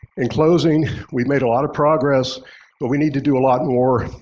in closing, we've made a lot of progress but we need to do a lot more.